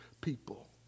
people